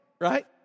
right